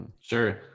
Sure